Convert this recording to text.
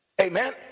Amen